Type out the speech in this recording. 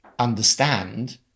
understand